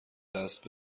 دست